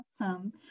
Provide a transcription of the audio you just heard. Awesome